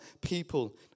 people